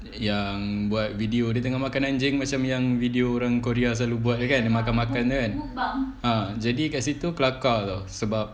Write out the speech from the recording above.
yang buat video dia tengah makan anjing macam yang video orang korea selalu buat dia kan makan makanan ah jadi kat situ kelakar [tau] sebab